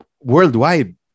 worldwide